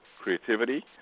creativity